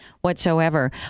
whatsoever